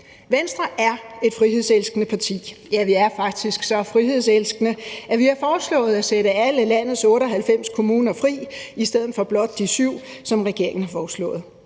Venstre er et frihedselskende parti. Ja, vi er faktisk så frihedselskende, at vi har foreslået at sætte alle landets 98 kommuner fri i stedet for blot de 7 kommuner, som regeringen har foreslået.